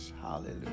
Hallelujah